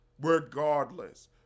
regardless